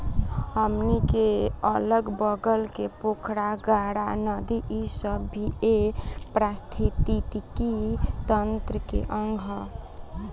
हमनी के अगल बगल के पोखरा, गाड़हा, नदी इ सब भी ए पारिस्थिथितिकी तंत्र के अंग ह